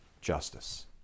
justice